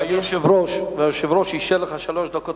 והיושב-ראש אישר לך שלוש דקות.